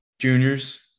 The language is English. Juniors